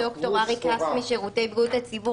ד"ר אריק האס משירות בריאות הציבור